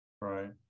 Right